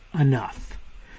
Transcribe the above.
enough